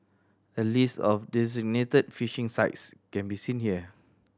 a list of designated fishing sites can be seen here